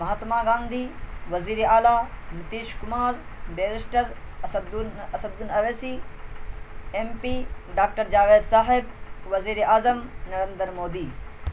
مہاتما گاندھی وزیر اعلیٰ Nitish Kumar barrister Asad Asaduddin Owaisi M P doctor Javed صاحب وزیر اعظم نریندر مودی